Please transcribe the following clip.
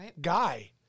guy